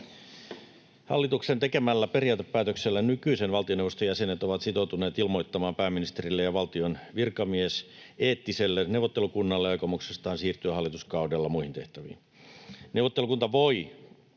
Hallituksen tekemällä periaatepäätöksellä nykyisen valtioneuvoston jäsenet ovat sitoutuneet ilmoittamaan pääministerille ja valtion virkamieseettiselle neuvottelukunnalle aikomuksestaan siirtyä hallituskaudella muihin tehtäviin. Neuvottelukunta voi